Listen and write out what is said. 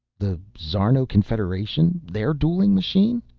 the szarno confederation? their dueling machine?